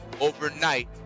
overnight